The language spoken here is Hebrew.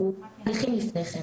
אני אגע בזה